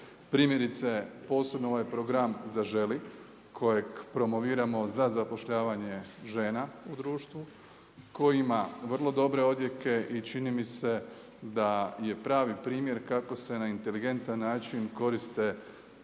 primjerice posebno ovaj Program Zaželi kojeg promoviramo za zapošljavanje žena u društvu, koji ima vrlo dobre odjeke i čini mi se da je pravi primjer kako se na inteligentan način koriste